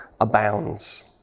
abounds